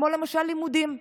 כמו למשל לימודים.